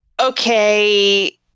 Okay